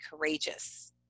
courageous